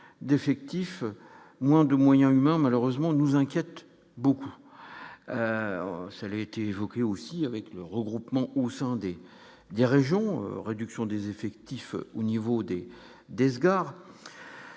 d'effectifs, moins de moyens humains, malheureusement nous inquiète beaucoup, ça l'était, il vous crier aussi avec le regroupement ou des régions, réduction des effectifs au niveau des des égards